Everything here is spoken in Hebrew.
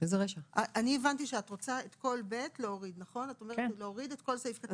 אני הבנתי שאת רוצה להוריד את כל סעיף קטן (ב).